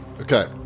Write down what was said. Okay